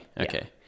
Okay